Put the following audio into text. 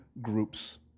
groups